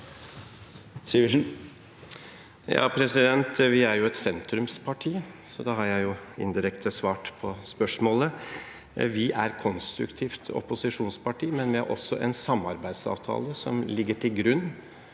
Vi er et sen- trumsparti, så da har jeg jo indirekte svart på spørsmålet. Vi er et konstruktivt opposisjonsparti, men vi har også en samarbeidsavtale som ligger til grunn